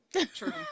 True